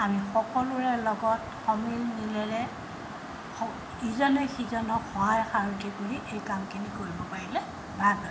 আমি সকলোৰে লগত সমিল মিলেৰেৰে ইজনে সিজনক সহায় সাৰথি কৰি এই কামখিনি কৰিব পাৰিলে ভাল হয়